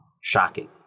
shocking